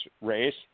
race